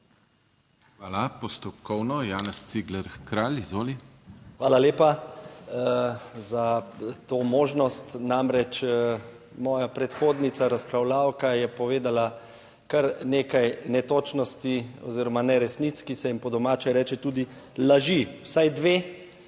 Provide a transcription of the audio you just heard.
Hvala. Postopkovno Janez Cigler Kralj, izvoli. **JANEZ CIGLER KRALJ (PS NSi):** Hvala lepa za to možnost. Namreč moja predhodnica, razpravljavka je povedala kar nekaj netočnosti oziroma neresnic, ki se jim po domače reče tudi laži. Vsaj dve,